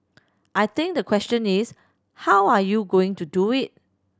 I think the question is how are you going to do it